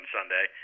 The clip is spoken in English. Sunday